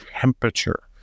temperature